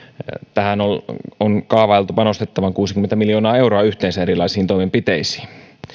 tähän on kaavailtu panostettavan kuusikymmentä miljoonaa euroa yhteensä erilaisiin toimenpiteisiin